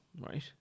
right